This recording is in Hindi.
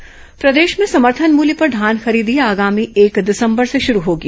धान खरीदी बैठक प्रदेश में समर्थन मूल्य पर धान खरीदी आगामी एक दिसंबर से शुरू होगी